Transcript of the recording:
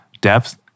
depth